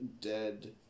dead